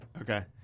Okay